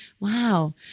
Wow